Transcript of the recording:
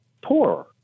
poorer